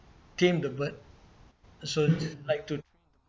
tame the bird so it's like to